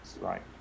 right